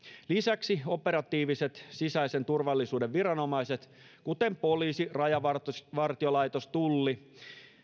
lisäksi operatiiviset sisäisen turvallisuuden viranomaiset kuten poliisi rajavartiolaitos tulli